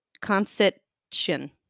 Constitution